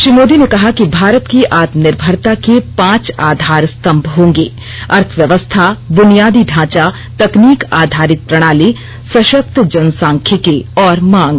श्री मोदी ने कहा कि भारत की आत्मनिर्भरता के पांच आधार स्तंभ होंगे अर्थव्यवस्था बुनियादी ढांचा तकनीक आधारित प्रणाली सशक्त जनसांख्यिकी और मांग